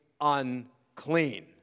unclean